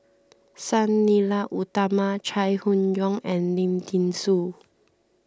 Sang Nila Utama Chai Hon Yoong and Lim thean Soo